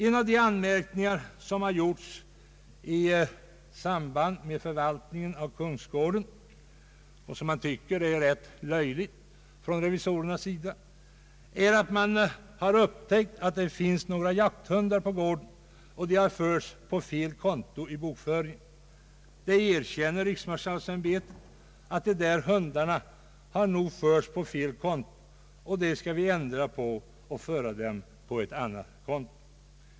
En av de anmärkningar som har gjorts av revisorerna i samband med förvaltningen av kungsgården och som man tycker är rätt löjlig är att det finns några jakthundar på gården och att de har förts på fel konto i bokföringen. Riksmarskalksämbetet erkänner att de där hundarna har förts på fel konto och säger att man skall ändra på detta och föra dem på ett annat konto.